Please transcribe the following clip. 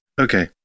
Okay